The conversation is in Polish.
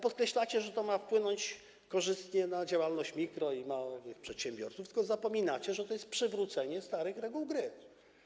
Podkreślacie, że to ma wpłynąć korzystnie na działalność mikro- i małych przedsiębiorców, tylko zapominacie, że to jest przywrócenie starych reguł gry.